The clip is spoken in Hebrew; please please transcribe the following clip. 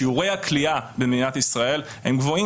שיעורי הכליאה במדינת ישראל הם גבוהים